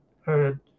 heard